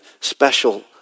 special